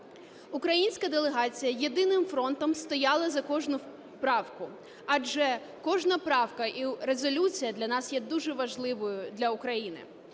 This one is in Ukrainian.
Українська делегація єдиним фронтом стояла за кожну правку, адже кожна правка і резолюція для нас є дуже важливою, для України.